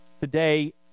today